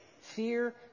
Fear